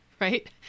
Right